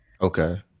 Okay